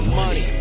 money